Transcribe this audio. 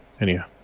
Anyhow